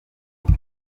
bwe